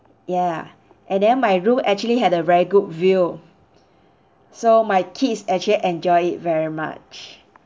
ya and then my room actually had a very good view so my kids actually enjoy it very much